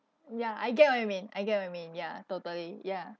ya I get what you mean I get what you mean ya totally ya